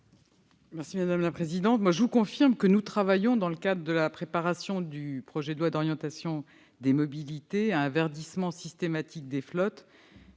l'avis du Gouvernement ? Je vous confirme que nous travaillons dans le cadre de la préparation du projet de loi d'orientation sur les mobilités à un verdissement systématique des flottes,